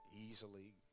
easily